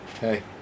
Hey